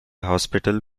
hospital